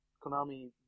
Konami